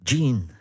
Gene